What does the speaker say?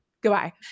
goodbye